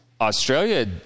Australia